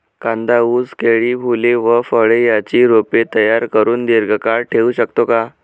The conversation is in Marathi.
कांदा, ऊस, केळी, फूले व फळे यांची रोपे तयार करुन दिर्घकाळ ठेवू शकतो का?